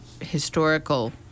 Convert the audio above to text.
historical